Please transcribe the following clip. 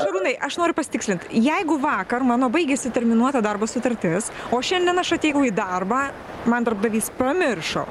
šarūnai aš noriu pasitikslint jeigu vakar mano baigėsi terminuota darbo sutartis o šiandien aš atėjau į darbą man darbdavys pamiršo